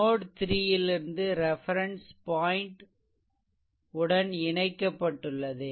நோட்3 லிருந்து reference point உடன் இணைக்கப்பட்டுள்ளது